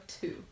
two